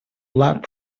lab